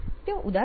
તેઓ ઉદાસ છે